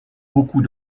beaucoup